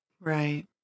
Right